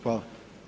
Hvala.